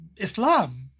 Islam